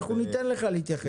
אנחנו ניתן לך להתייחס.